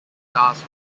glass